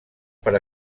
per